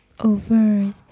over